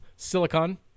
Silicon